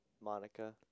Monica